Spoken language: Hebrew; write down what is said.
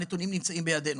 הנתונים נמצאים בידינו.